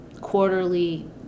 quarterly